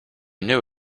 knew